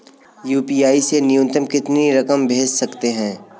UPI से न्यूनतम कितनी रकम भेज सकते हैं?